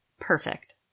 Perfect